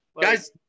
Guys